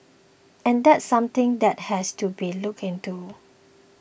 and that's something that has to be looked into